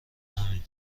همین